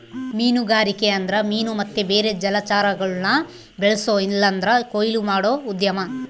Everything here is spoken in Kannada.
ಮೀನುಗಾರಿಕೆ ಅಂದ್ರ ಮೀನು ಮತ್ತೆ ಬೇರೆ ಜಲಚರಗುಳ್ನ ಬೆಳ್ಸೋ ಇಲ್ಲಂದ್ರ ಕೊಯ್ಲು ಮಾಡೋ ಉದ್ಯಮ